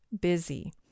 busy